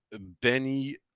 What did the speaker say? Benny